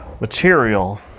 material